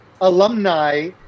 alumni